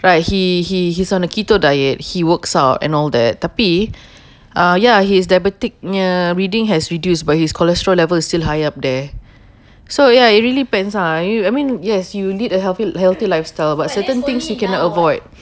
like he he he's on a keto diet he works out and all that tapi ah ya his diabetic punya reading has reduced but his cholesterol level is still high up there so ya it really depends ah y~ I mean yes you lead a health~ healthy lifestyle but certain things you cannot avoid